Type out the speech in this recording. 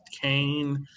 Kane